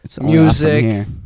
music